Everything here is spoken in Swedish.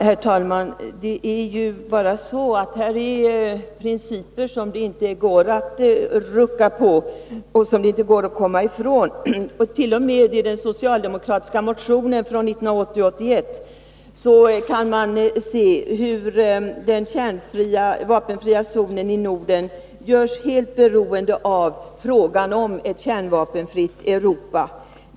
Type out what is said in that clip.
Herr talman! Det är bara så att detta är principer som det inte går att rucka på hur som helst. T. o. m. i den socialdemokratiska motionen från 1980/81 kan man se hur den kärnvapenfria zonen i Norden görs helt beroende av frågan om ett kärnvapenfritt Europa.